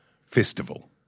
festival